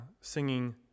singing